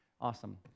Awesome